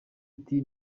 ati